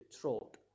throat